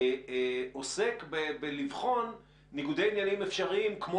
עוסק בבחינת ניגודי עניינים אפשריים כמו